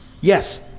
yes